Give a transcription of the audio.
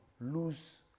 lose